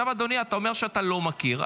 אדוני, אתה אומר שאתה לא מכיר.